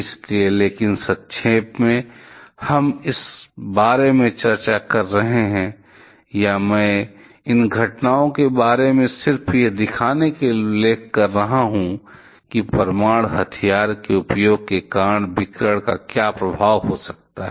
इसलिए लेकिन संक्षेप में हम इस बारे में चर्चा कर रहे हैं या मैं इन सभी घटनाओं के बारे में सिर्फ यह दिखाने के लिए उल्लेख कर रहा हूं कि परमाणु हथियार के उपयोग के कारण विकिरण का क्या प्रभाव हो सकता है